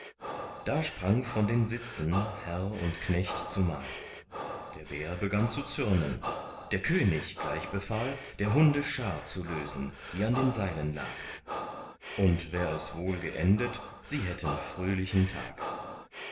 da sprang von den sitzen herr und knecht zumal der bär begann zu zürnen der könig gleich befahl der hunde schar zu lösen die an den seilen lag und wär es wohl geendet sie hätten fröhlichen tag